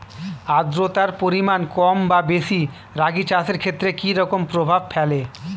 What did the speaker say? আদ্রতার পরিমাণ কম বা বেশি রাগী চাষের ক্ষেত্রে কি রকম প্রভাব ফেলে?